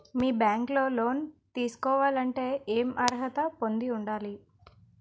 మీ bank లో loan తీసుకోవాలంటే ఎం అర్హత పొంది ఉండాలి?